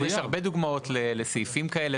ישנן הרבה דוגמאות לסעיפים כאלה.